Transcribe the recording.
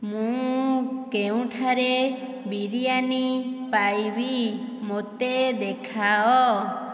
ମୁଁ କେଉଁଠାରେ ବିରିୟାନୀ ପାଇବି ମୋତେ ଦେଖାଅ